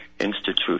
institute